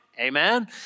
Amen